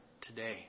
today